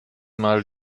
mal